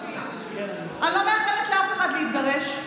אני לא מאחלת לאף אחד להתגרש.